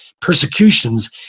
persecutions